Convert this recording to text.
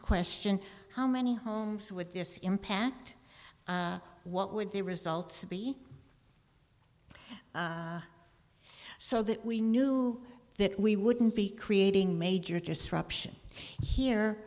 question how many homes with this impact what would the results be so that we knew that we wouldn't be creating major disruption here